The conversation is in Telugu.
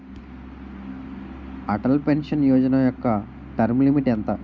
అటల్ పెన్షన్ యోజన యెక్క టర్మ్ లిమిట్ ఎంత?